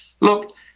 look